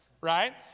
right